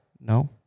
No